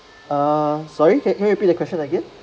ah sorry can you can you repeat the question again